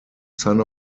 son